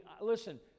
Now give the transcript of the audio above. listen